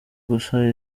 gusa